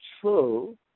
true